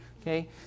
Okay